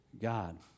God